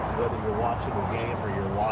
you're watching a game or you're